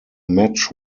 match